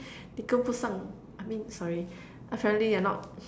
你跟不上： ni gen bu shang I mean sorry apparently you're not